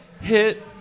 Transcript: hit